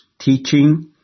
teaching